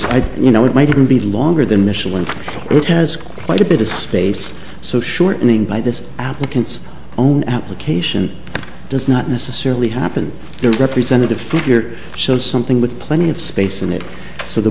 side you know it might even be longer than michelin's it has quite a bit of space so shortening by this applicant's own application does not necessarily happen their representative figure so something with plenty of space in it so the